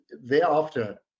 thereafter